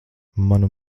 manu